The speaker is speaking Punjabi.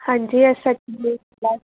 ਹਾਂਜੀ ਇਹ ਸਾਡੀ